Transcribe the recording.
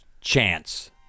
Chance